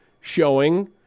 showing